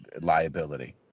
liability